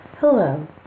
Hello